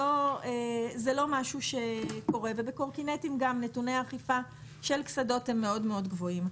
גם בקורקינטים נתוני האכיפה של קסדות הם מאוד מאוד גבוהים.